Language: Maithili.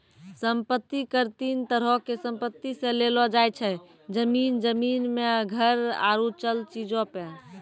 सम्पति कर तीन तरहो के संपत्ति से लेलो जाय छै, जमीन, जमीन मे घर आरु चल चीजो पे